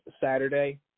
Saturday